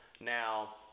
Now